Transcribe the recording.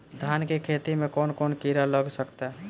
धान के खेती में कौन कौन से किड़ा लग सकता?